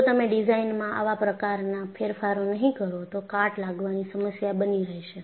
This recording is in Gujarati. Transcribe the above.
જો તમે ડિઝાઇનમાં આવા પ્રકારના ફેરફારો નહીં કરો તો કાટ લાગવાની સમસ્યા બની રહેશે